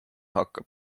hakkab